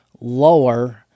lower